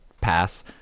pass